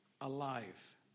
Alive